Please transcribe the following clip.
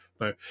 No